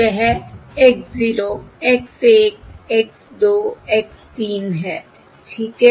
वह X 0 X 1 X 2 X 3 है ठीक है